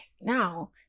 now